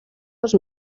dos